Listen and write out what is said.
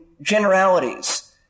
generalities